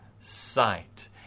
sight